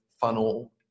funnel